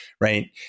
right